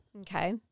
Okay